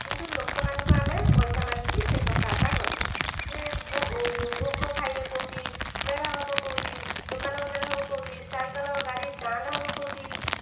କିନ୍ତୁ ଲୋକମାନଙ୍କୁ ଆମେ ପଇସା ମାଗିକି ସେହି କଥାବାର୍ତ୍ତା କରୁ ଯେ ଭୋଗ ଖାଇବେ କେଉଁଠି ମେଢ଼ ହେବ କେଉଁଠି ଦୋକାନ ବଜାର ହେବ କେଉଁଠି ସାଇକଲ ଗାଡ଼ି ଷ୍ଟାଣ୍ଡ ହେବ କେଉଁଠି